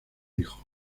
hijo